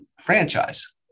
franchise